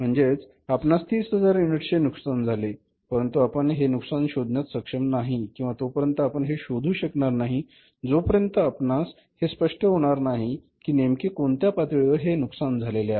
म्हणजेच आपणास 30000 युनिट्स चे नुकसान झाले परंतु आपण हे नुकसान शोधण्यात सक्षम नाही किंवा तोपर्यंत आपण हे शोधू शकणार नाही जोपर्यंत आपणास हे स्पष्ट होणार नाही कि नेमके कोणत्या पातळीवर हे नुकसान झालेले आहे